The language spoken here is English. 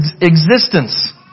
existence